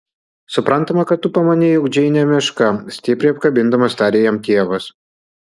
suprantama kad tu pamanei jog džeinė meška stipriai apkabindamas tarė jam tėvas